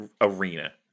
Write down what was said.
arena